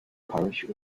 parish